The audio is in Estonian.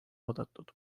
oodatud